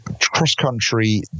cross-country